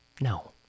No